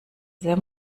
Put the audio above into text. sehr